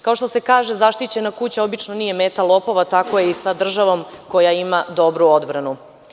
Kao što se kaže zaštićena kuća obično nije meta lopova, tako je i sa državom koja ima dobru odbranu.